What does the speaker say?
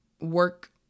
work